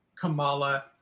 Kamala